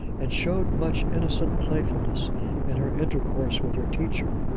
and showed much innocent playfulness in her intercourse with her teacher.